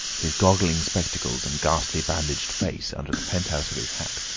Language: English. his goggling spectacles and ghastly bandaged face under the penthouse of his hat,